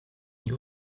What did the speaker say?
new